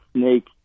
snake